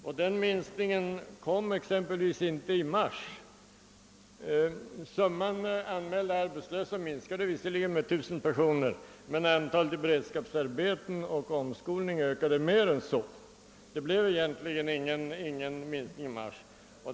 Någon sådan minskning skedde emellertid inte i mars. Summan anmälda arbetslösa minskade visserligen då med 1 000 personer, men antalet i beredskapsarbeten och under omskolning ökade mer än så. Det blev egentligen ingen minskning i mars.